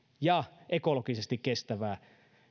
ja ekologisesti kestävää